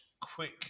quick